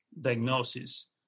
diagnosis